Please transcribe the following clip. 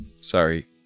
Sorry